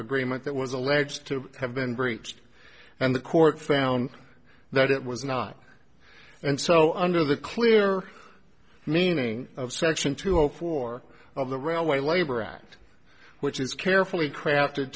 agreement that was alleged to have been breached and the court found that it was not and so under the clear meaning of section two zero four of the railway labor act which is carefully crafted